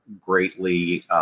greatly